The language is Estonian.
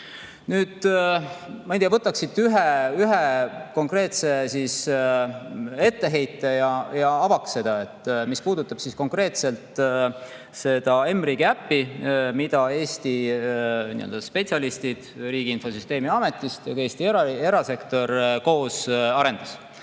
töötama. Ma ei tea, võtaks siit ühe konkreetse etteheite ja avaks seda. Mis puudutab konkreetselt seda mRiigi äppi, mida Eesti spetsialistid Riigi Infosüsteemi Ametist ja Eesti erasektor koos arendasid,